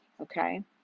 okay